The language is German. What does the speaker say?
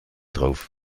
drauf